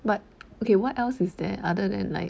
but okay what else is there other than like